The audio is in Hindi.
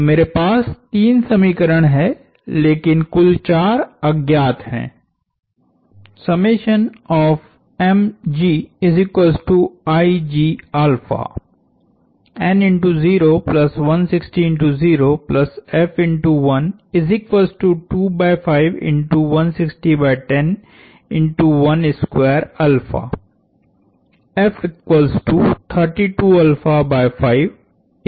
तो मेरे पास तीन समीकरण हैं लेकिन कुल चार अज्ञात हैं